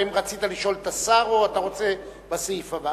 האם רצית לשאול את השר או אתה רוצה בסעיף הבא?